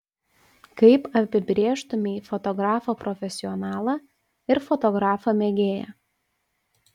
kaip apibrėžtumei fotografą profesionalą ir fotografą mėgėją